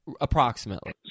approximately